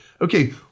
okay